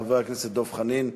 חבר הכנסת דב חנין,